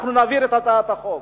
אנחנו נעביר את הצעת החוק.